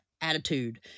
attitude